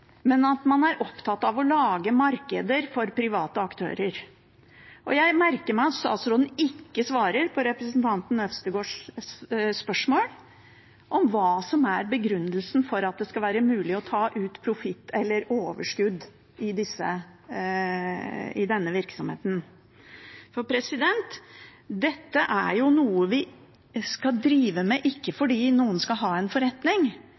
men at man er opptatt av å lage markeder for private aktører. Jeg merker meg at statsråden ikke svarer på representanten Øvstegårds spørsmål om hva som er begrunnelsen for at det skal være mulig å ta ut profitt eller overskudd i denne virksomheten. Dette er jo noe vi skal drive med, men ikke fordi noen skal ha en forretning.